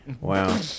Wow